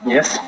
Yes